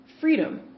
freedom